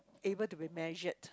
able to be measured